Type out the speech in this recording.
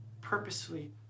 purposely